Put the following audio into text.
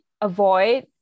avoid